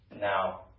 Now